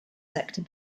sector